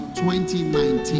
2019